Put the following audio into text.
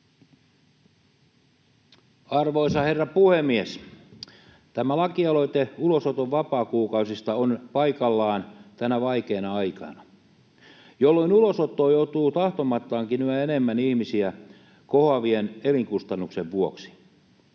Arvoisa herra puhemies! Tämä lakialoite ulosoton vapaakuukausista on paikallaan tänä vaikeana aikana, jolloin ulosottoon joutuu tahtomattaankin yhä enemmän ihmisiä kohoavien elinkustannusten vuoksi.